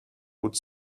would